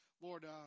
Lord